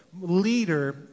leader